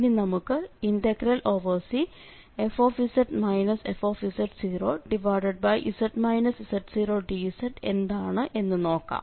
ഇനി നമുക്ക് Cfz fz z0dz എന്താണ് എന്ന് നോക്കാം